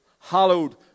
Hallowed